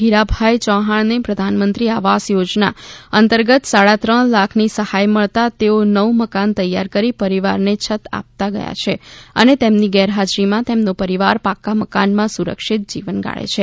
હિરાભાઇ ચૌહાણને પ્રધાનમંત્રી આવાસ યોજના શહેરી અંતર્ગત સાડા ત્રણ લાખની સહાય મળતા તેઓ નવું મકાન તૈયાર કરી પરિવારને છત્ર આપતા ગયા છે અને તેમની ગેરહાજરીમાં તેમનો પરિવાર પાકા મકાનમાં સુરક્ષિત જીવન ગાળે છે